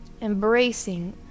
embracing